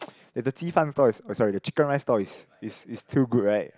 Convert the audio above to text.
eh the 鸡饭 stall is oh sorry the chicken rice stall is is is too good right